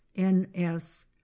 NS